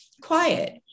quiet